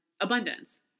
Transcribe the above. abundance